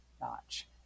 notch